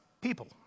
people